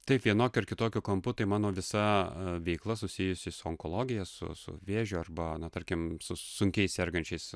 taip vienokiu ar kitokiu kampu tai mano visa veikla susijusi su onkologija su su vėžiu arba na tarkim su sunkiai sergančiais